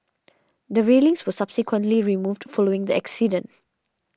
the railings were subsequently removed following the accident